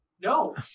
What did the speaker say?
No